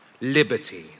liberty